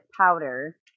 powder